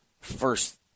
first